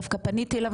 דווקא פניתי אליו,